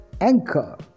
Anchor